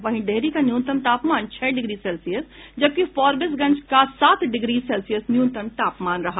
वहीं डेहरी का न्यूनतम तापमान छह डिग्री सेल्सियस जबकि फारबिसगंज का सात डिग्री सेल्सियस न्यूनतम तापमान रहा